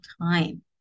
time